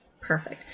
perfect